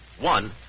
One